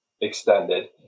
extended